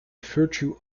virtue